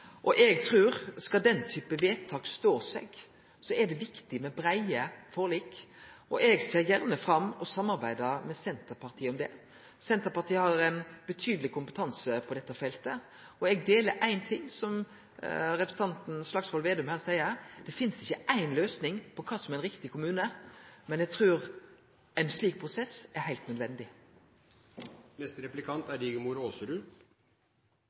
problemstillinga. Eg trur at skal den slags vedtak stå seg, er det viktig med breie forlik. Eg ser fram til å samarbeide med Senterpartiet om det. Senterpartiet har stor kompetanse på dette feltet. Eg er einig i ein ting som representanten Slagsvold Vedum seier: Det finst inga løysing på kva som er ein riktig kommune, men eg trur ein slik prosess er heilt nødvendig. Jeg skjønner dette er